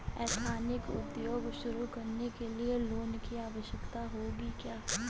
Ethnic उद्योग शुरू करने लिए लोन की आवश्यकता होगी क्या?